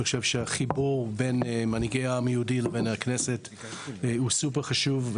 אני חושב שהחיבור בין מנהיגי העם היהודי לבין הכנסת הוא סופר חשוב,